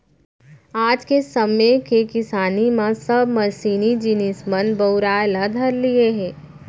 आज के समे के किसानी म सब मसीनी जिनिस मन बउराय ल धर लिये हें